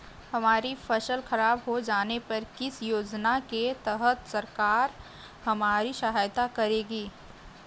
हमारी फसल खराब हो जाने पर किस योजना के तहत सरकार हमारी सहायता करेगी?